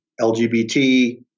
LGBT